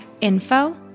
info